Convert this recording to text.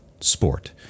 sport